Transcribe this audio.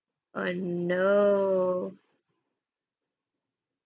oh no